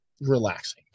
relaxing